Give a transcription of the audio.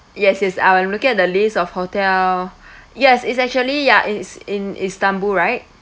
yes yes I I'm look at the list of hotel yes it's actually ya it's in istanbul right